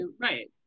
right